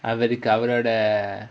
அவருக்கு அவரோட:avarukku avaroda